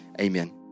amen